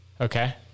Okay